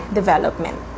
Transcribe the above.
development